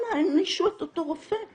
אנא הענישו את אותו רופא,